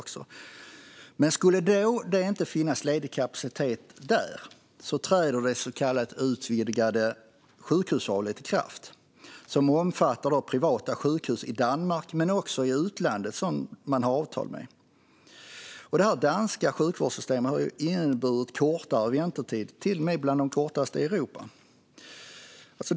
Om det inte skulle finnas ledig kapacitet där träder det så kallade utvidgade sjukhusvalet i kraft. Det omfattar privata sjukhus i Danmark men också sjukhus i utlandet som man har avtal med. Det danska sjukvårdssystemet har inneburit kortare väntetider, till och med bland de kortaste i Europa.